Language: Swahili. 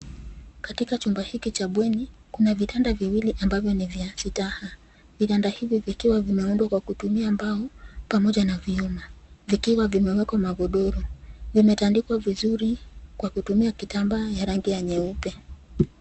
Katika chumba hiki cha bweni kuna vitanda viwili ambavyo ni vya zidaha .Vitanda hivi vikiwa vimeundwa kwa kutumia mbao pamoja na vyuma. Vikiwa vimewekwa magodoro .Vimetandikwa vizuri kwa kutumia kitambaa ya rangi ya nyeupe.